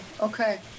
Okay